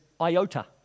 iota